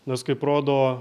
nes kaip rodo